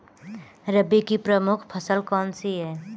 रबी की प्रमुख फसल कौन सी है?